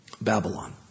Babylon